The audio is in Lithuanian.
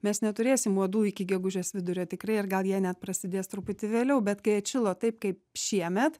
mes neturėsim nuodų iki gegužės vidurio tikrai ir gal jie net prasidės truputį vėliau bet kai atšilo taip kaip šiemet